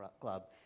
Club